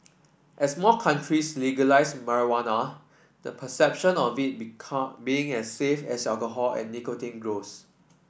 as more countries legalise marijuana the perception of it being as safe as alcohol and nicotine grows